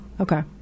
okay